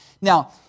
Now